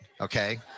okay